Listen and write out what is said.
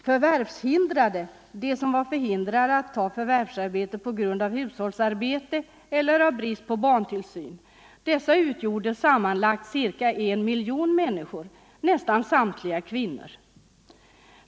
Förvärvshindrade — de som var förhindrade att ta förvärvsarbete på grund av hushållsarbete eller brist på barntillsyn — utgjorde sammanlagt cirka en miljon människor, nästan samtliga kvinnor.